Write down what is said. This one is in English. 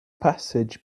passage